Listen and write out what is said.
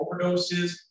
overdoses